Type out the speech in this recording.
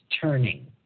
Turning